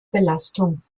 belastung